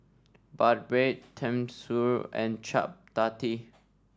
Bibimbap Tenmusu and Chapati